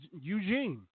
Eugene